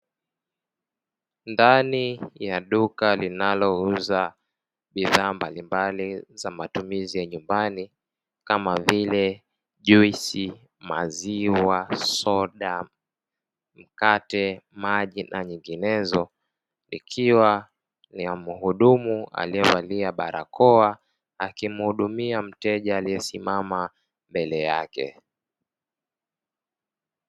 Ndani ya duka linalouza bidhaa mbalimbali za matumizi ya nyumbani kama vile juisi, maziwa, soda, mkate, maji na nyinginezo ikiwa ni ya mhudumu aliyevalia barakoa akimhudumia mteja aliyesimama mbele yake.